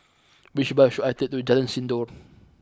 which bus should I take to Jalan Sindor